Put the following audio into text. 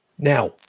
Now